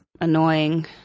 Annoying